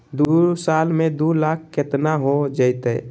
दू साल में दू लाख केतना हो जयते?